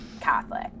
Catholic